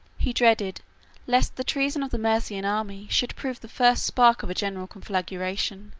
he dreaded lest the treason of the maesian army should prove the first spark of a general conflagration.